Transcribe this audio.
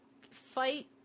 fight